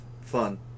fun